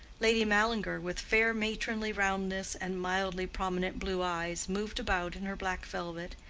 lady mallinger, with fair matronly roundness and mildly prominent blue eyes, moved about in her black velvet,